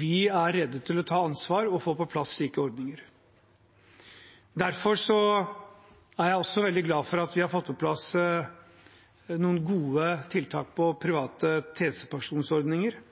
vi er rede til å ta ansvar og få på plass slike ordninger. Jeg er også veldig glad for at vi har fått på plass noen gode tiltak for private tjenestepensjonsordninger og kompetanseutvikling, og ikke minst at vi også har sett nærmere på